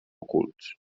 ocults